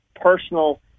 personal